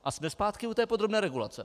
A jsme zpátky u té podrobné regulace.